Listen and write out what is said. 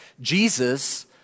Jesus